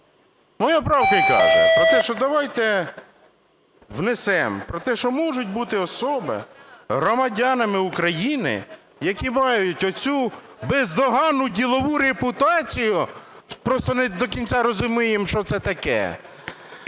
Моя правка і каже про те, що давайте внесемо про те, що можуть бути особи - громадяни України, які мають оцю бездоганну ділову репутацію (просто не до кінця розуміємо, що це таке),